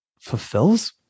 fulfills